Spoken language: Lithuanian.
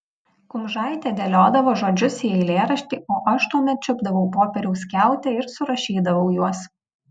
kumžaitė dėliodavo žodžius į eilėraštį o aš tuomet čiupdavau popieriaus skiautę ir surašydavau juos